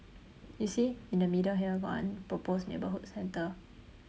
you see in the middle here got one proposed neighbourhood centre